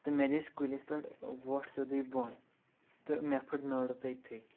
تہٕ مےٚ دِژ کُلِس پٮ۪ٹھ وۄٹھ سیٚودُے بۄن تہٕ مےٚ پھٕٹ نٔر تٔتھٕے